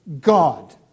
God